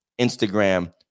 Instagram